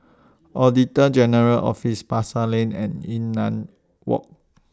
Auditor General's Office Pasar Lane and Yunnan Walk